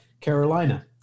Carolina